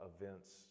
events